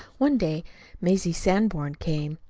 one day mazie sanborn came.